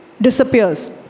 disappears